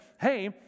hey